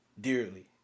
dearly